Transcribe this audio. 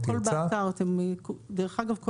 דרך אגב,